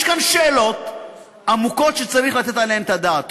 יש כאן שאלות עמוקות שצריך לתת עליהן את הדעת.